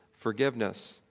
forgiveness